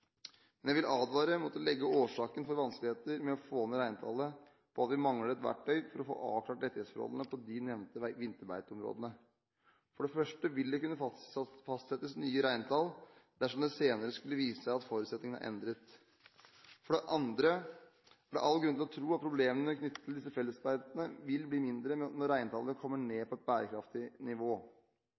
Men jeg vil advare mot å legge årsaken for vanskeligheter med å få ned reintallet på at vi mangler et verktøy for å få avklart rettighetsforholdene på de nevnte vinterbeiteområdene. For det første vil det kunne fastsettes nye reintall dersom det senere skulle vise seg at forutsetningene er endret. For det andre er det all grunn til å tro at problemene knyttet til disse fellesbeitene vil bli mindre når reintallet kommer ned på et bærekraftig nivå.